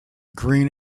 green